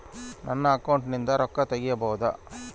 ನನ್ನ ಅಕೌಂಟಿಂದ ರೊಕ್ಕ ತಗಿಬಹುದಾ?